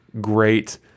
great